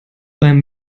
beim